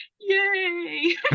yay